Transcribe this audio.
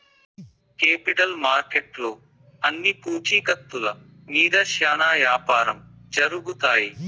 capital మార్కెట్లో అన్ని పూచీకత్తుల మీద శ్యానా యాపారం జరుగుతాయి